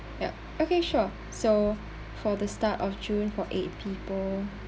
yup okay sure so for the start of june for eight people